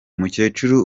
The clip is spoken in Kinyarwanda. mukecuru